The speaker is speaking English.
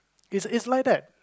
it's it's like that